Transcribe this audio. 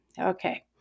Okay